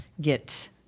get